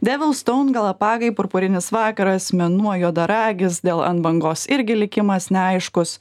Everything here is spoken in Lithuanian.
devilston galapagai purpurinis vakaras mėnuo juodaragis dėl ant bangos irgi likimas neaiškus